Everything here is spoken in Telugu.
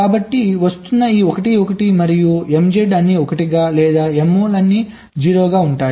కాబట్టి వస్తున్న ఈ 1 1 మరియు MZ అన్నీ 1 గా లేదా MO అన్నీ 0 గా ఉంటాయి